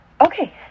Okay